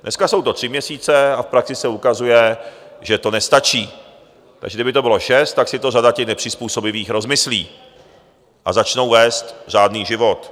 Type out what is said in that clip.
Dneska jsou to tři měsíce a v praxi se ukazuje, že to nestačí, takže kdyby to bylo šest, tak si to řada nepřizpůsobivých rozmyslí a začnou vést řádný život.